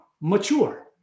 mature